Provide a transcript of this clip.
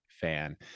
fan